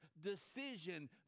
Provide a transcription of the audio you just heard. decision